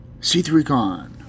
c3con